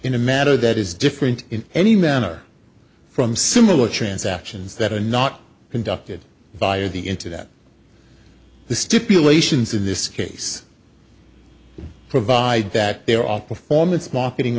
in a matter that is different in any manner from similar transactions that are not conducted via the internet the stipulations in this case provide that there are performance marketing